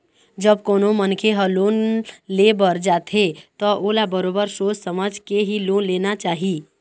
जब कोनो मनखे ह लोन ले बर जाथे त ओला बरोबर सोच समझ के ही लोन लेना चाही